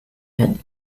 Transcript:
had